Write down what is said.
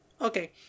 Okay